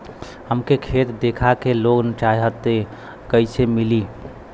हमके खेत देखा के लोन चाहीत कईसे मिली?